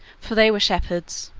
for they were shepherds.